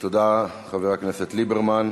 תודה לחבר הכנסת ליברמן.